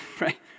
right